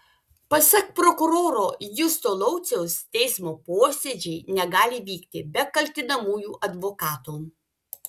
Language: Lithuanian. pasak prokuroro justo lauciaus teismo posėdžiai negali vykti be kaltinamųjų advokato